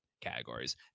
categories